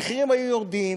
המחירים היו יורדים,